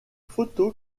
photo